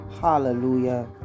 hallelujah